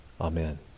Amen